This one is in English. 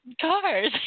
Cars